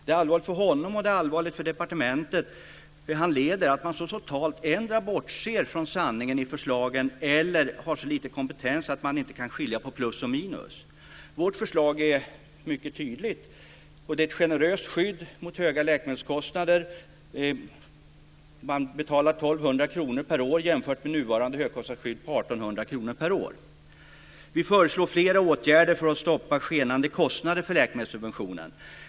Det är allvarligt för honom och det är allvarligt för det departement han leder att man så totalt endera bortser från sanningen i förslagen eller har så liten kompetens att man inte kan skilja på plus och minus. Vårt förslag är mycket tydligt. Det är ett generöst skydd mot höga läkemedelskostnader. Man betalar 1 200 kr per år jämfört med nuvarande högkostnadsskydd på 1 800 kr per år. Vi föreslår flera åtgärder för att stoppa skenande kostnader för läkemedelssubventionen.